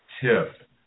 tip